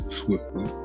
swiftly